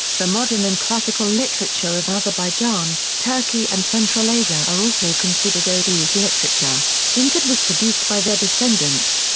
the modern and classical literature of azerbaijan, turkey and central asia are also considered oghuz literature, since it was produced by their descendants.